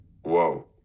whoa